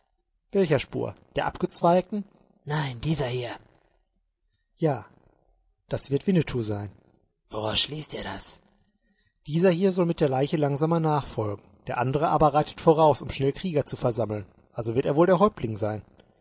welcher spur der abgezweigten nein dieser hier ja das wird winnetou sein woraus schließt ihr das dieser hier soll mit der leiche langsamer nachfolgen der andere aber reitet voraus um schnell krieger zu versammeln also wird er wohl der häuptling sein